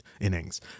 innings